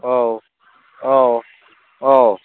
औ औ औ